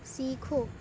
سیکھو